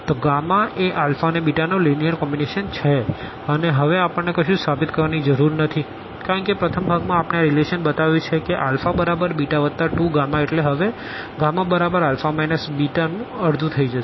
તો એ અને નો લીનીઅર કોમ્બીનેશન છે અને હવે આપણને કશું સાબિત કરવાની જરૂર નથી કારણ કે પ્રથમ ભાગ માં આપણે આ રીલેશન બતાવ્યું છે કે બરાબર વત્તા 2 એટલે હવે બરાબર માઈનસ નું અડધું થશે